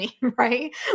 Right